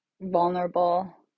vulnerable